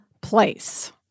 place